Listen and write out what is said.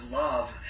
love